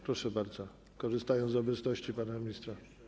Proszę bardzo, korzystając z obecności pana ministra.